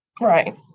Right